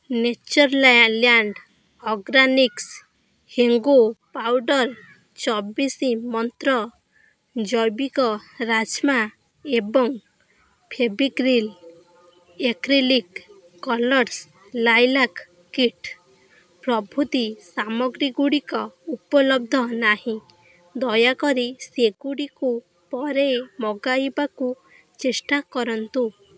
Natureland organics ହେଙ୍ଗୁ powder ଚବିଶ ମନ୍ତ୍ର ଜୈବିକ ରାଜ୍ମା ଏବଂ Fevicryl acrylic colours lilac kit ପ୍ରଭୃତି ସାମଗ୍ରୀଗୁଡ଼ିକ ଉପଲବ୍ଧ ନାହିଁ ଦୟାକରି ସେଗୁଡ଼ିକୁ ପରେ ମଗାଇବାକୁ ଚେଷ୍ଟା କରନ୍ତୁ